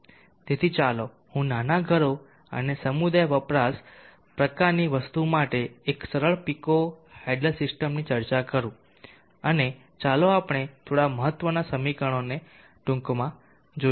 તેથી ચાલો હું નાના ઘરો અને સમુદાય વપરાશ પ્રકારની વસ્તુ માટે એક સરળ પીકો હાઇડલ સિસ્ટમની ચર્ચા કરું અને ચાલો આપણે થોડા મહત્વના સમીકરણોને ટૂંકમાં જોઈએ